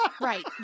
Right